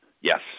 yes